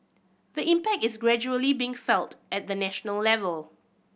the impact is gradually being felt at the national level